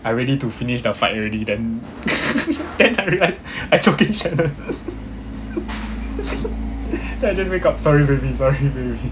I ready to finish the fight already then then I realise I choking shannon then I just wake up sorry baby sorry baby